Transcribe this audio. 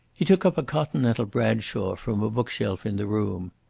he took up a continental bradshaw from a bookshelf in the room.